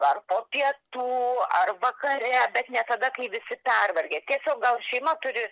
ar po pietų ar vakare bet ne tada kai visi pervargę tiesiog gal šeima turi